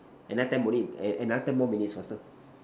another ten minute eh another ten more minutes faster